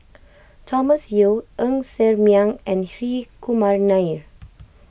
Thomas Yeo Ng Ser Miang and Hri Kumar Nair